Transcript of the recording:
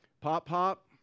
Pop-Pop